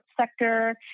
sector